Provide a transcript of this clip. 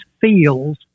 feels